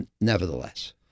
nevertheless